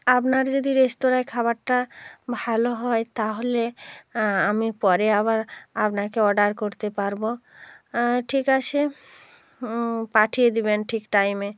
আপনার যদি রেস্তোরাঁয় খাবারটা ভালো হয় তাহলে আমি পরে আবার আপনাকে অর্ডার করতে পারবো ঠিক আছে পাঠিয়ে দেবেন ঠিক টাইমে